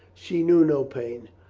she knew no pain.